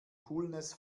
coolness